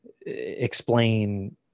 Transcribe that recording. explain